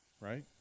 right